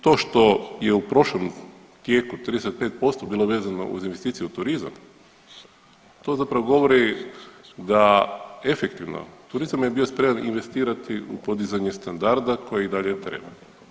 To što je u prošlom tijeku 35% bilo vezano uz investicije u turizam to zapravo govori da efektivno turizam je bio spreman investirati u podizanje standarda koji i dalje trebamo.